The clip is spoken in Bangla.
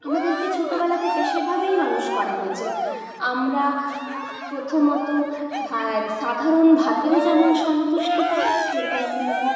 আমাদেরকে ছোটোবেলা থেকে সেভাবেই মানুষ করা হয়েছে আমরা প্রথমত ভা সাধারণ ভাতেও যেমন সন্তুষ্টি পাই সেরকম কিন্তু